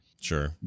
Sure